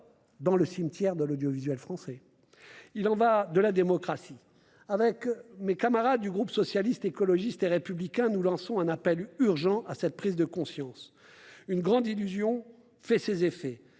dans le cimetière de l'audiovisuel français ! Il y va de la démocratie. Avec mes camarades du groupe Socialiste, Écologiste et Républicain, je lance un appel urgent à cette prise de conscience. Une grande illusion produit ses effets,